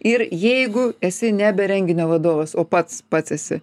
ir jeigu esi nebe renginio vadovas o pats pats esi